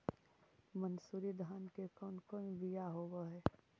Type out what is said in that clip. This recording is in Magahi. मनसूरी धान के कौन कौन बियाह होव हैं?